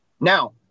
Now